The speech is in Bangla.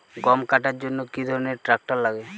গম কাটার জন্য কি ধরনের ট্রাক্টার লাগে?